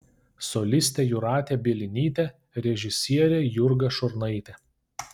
solistė jūratė bielinytė režisierė jurga šurnaitė